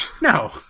No